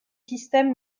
système